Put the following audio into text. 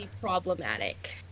problematic